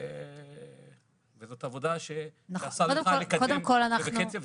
וזאת עבודה שנעשית כהלכה וכדין ובקצב,